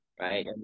right